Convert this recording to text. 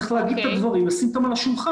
צריך להגיד את הדברים, לשים אותם על השולחן.